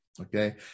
okay